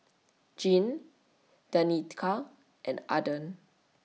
Jean Danica and Aaden